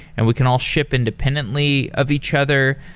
and we can all ship independently of each other.